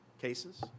cases